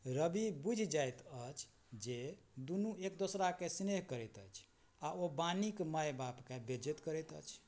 रवि बुझि जाइत छथि जे दुनू एक दोसराके स्नेह करैत अछि आओर ओ बाणीक माय बापके बेज्जति करैत अछि